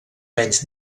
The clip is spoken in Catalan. menys